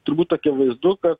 turbūt akivaizdu kad